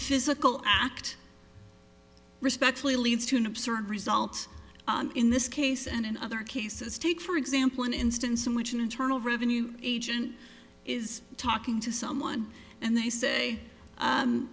physical act respectfully leads to an absurd result in this case and in other cases take for example an instance in which an internal revenue agent is talking to someone and they say